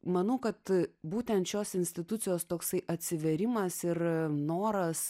manau kad būtent šios institucijos toksai atsivėrimas ir noras